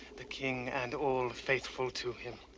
the king and all faithful to him